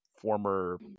former